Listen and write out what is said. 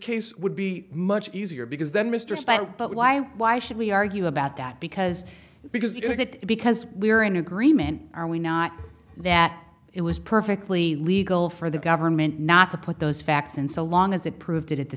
case would be much easier because then mr spight but why why should we argue about that because because you know that because we're in agreement are we not that it was perfectly legal for the government not to put those facts in so long as it proved it at the